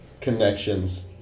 connections